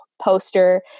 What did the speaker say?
poster